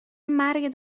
مرگ